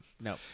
No